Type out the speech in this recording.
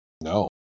No